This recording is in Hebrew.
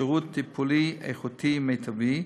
שירות טיפולי איכותי ומיטבי,